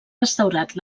restaurat